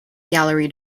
gallery